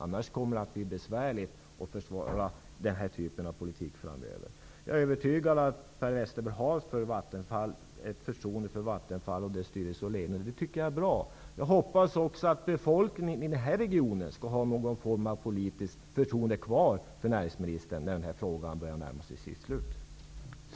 Annars blir det besvärligt att försvara politiken framöver. Jag är övertygad om att Per Westerberg har ett förtroende för Vattenfalls styrelse och ledning, och det är bra. Jag hoppas också att befolkningen i regionen skall ha kvar någon form av politiskt förtroende för näringsministern när behandlingen av denna fråga närmar sig sitt slut.